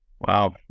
Wow